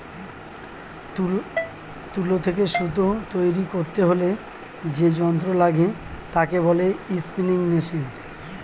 তুলো থেকে সুতো তৈরী করতে হলে যে যন্ত্র লাগে তাকে বলে স্পিনিং মেশিন